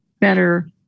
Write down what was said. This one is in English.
better